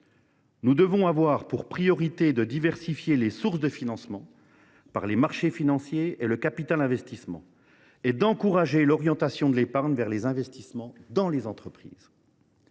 Nous devons avoir pour priorité de diversifier les sources de financement par les marchés financiers et le capital investissement tout en encourageant l’orientation de l’épargne vers les investissements dans les entreprises.